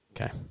Okay